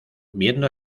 viendo